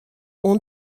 oan